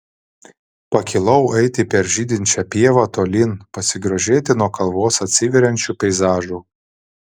pakilau eiti per žydinčią pievą tolyn pasigrožėti nuo kalvos atsiveriančiu peizažu